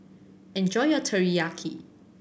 enjoy your Teriyaki